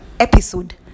episode